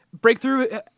breakthrough